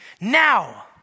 Now